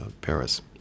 Paris